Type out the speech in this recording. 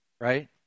right